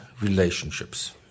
relationships